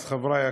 אז חברי הכנסת.